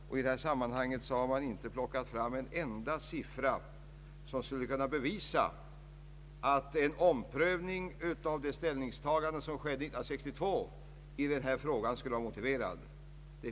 Motionärerna har inte plockat fram en enda siffra som skulle kunna bevisa att en omprövning av det ställningstagande som gjordes 1962 i den här frågan skulle vara motiverad.